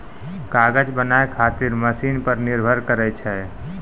कागज बनाय खातीर मशिन पर निर्भर करै छै